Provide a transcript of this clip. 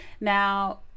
Now